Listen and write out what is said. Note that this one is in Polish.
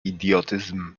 idiotyzm